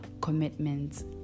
commitments